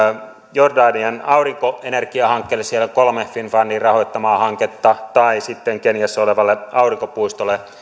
jordanian aurinkoenergiahankkeille siellä on kolme finnfundin rahoittamaa hanketta tai sitten keniassa olevalle aurinkopuistolle